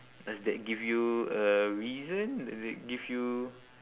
does that give you a reason does it give you